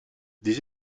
des